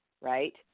right